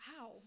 Wow